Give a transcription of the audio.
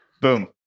Boom